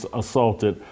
assaulted